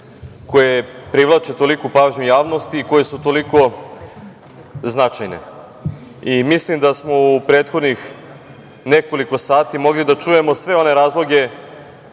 koje privlače toliku pažnju javnosti i koje su toliko značajne. Mislim da smo u prethodnih nekoliko sati mogli da čujemo sve one razloge